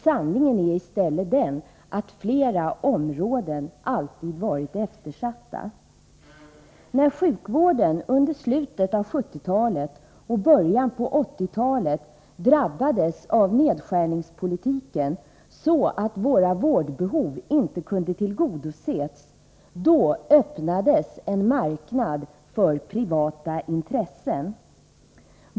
Sanningen är i stället den att flera områden alltid varit eftersatta. När sjukvården under slutet av 1970-talet och början på 1980-talet drabbades av nedskärningspolitiken, så att våra vårdbehov inte kunde tillgodoses, öppnades en marknad för privata intressen.